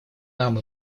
нам